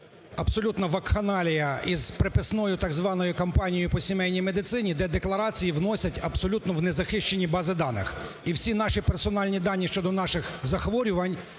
абсолютна вакханалія із приписною так званою кампанією по сімейній медицині, де декларації вносять абсолютно в незахищені бази даних. І всі наші персональні дані щодо наших захворювань,